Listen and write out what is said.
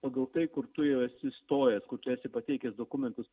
pagal tai kur tu jau esi įstojęs kur tu esi pateikęs dokumentus